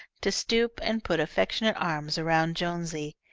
to stoop and put affectionate arms around jonesy.